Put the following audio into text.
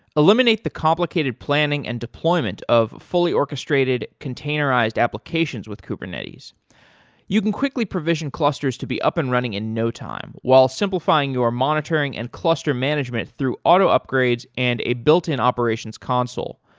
eliminate the complicated planning and deployment of fully orchestrated containerized applications with kubernetes you can quickly provision clusters to be up and running in no time, while simplifying your monitoring and cluster management through auto upgrades and a built-in operations console.